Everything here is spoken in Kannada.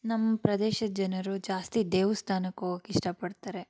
ನಮ್ಮ ಪ್ರದೇಶದ ಜನರು ಜಾಸ್ತಿ ದೇವ್ಸ್ಥಾನಕ್ಕೆ ಹೋಗಕ್ಕೆ ಇಷ್ಟಪಡ್ತಾರೆ